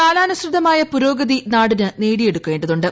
കാലാനുസൃതമായ പുരോഗതി നാടിന് നേടിയെടുക്കേണ്ടതുണ്ട്